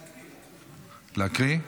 להקריא?